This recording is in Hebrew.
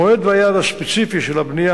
המועד והיעד הספציפי של הבנייה